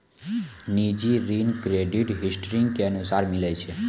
निजी ऋण credit history के अनुसार मिलै छै